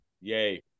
Yay